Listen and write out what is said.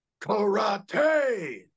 karate